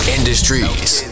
Industries